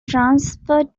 transfer